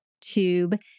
tube